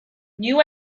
new